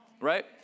right